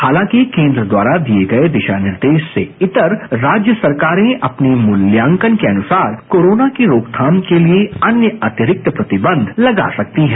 हालांकि केंद्र द्वारा दिए गए दिशा निर्देश से इतर राज्य सरकारें अपनी मूल्यांकन के अनुसार कोरोना के रोकथाम के लिए अन्य अतिरिक्त प्रतिबंध लगा सकती हैं